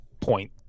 point